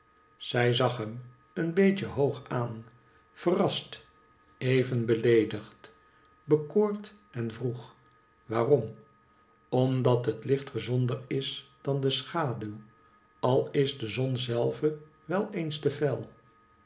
zij zag hem een beetje hoog aan verrast even beleedigd bekoord en vroeg waarom omdat het licht gezonder is dan de schaduw al is de zon zelve wel eens te fel